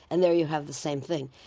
and there you have the same thing.